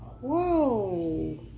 whoa